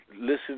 listen